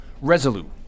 Resolute